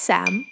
Sam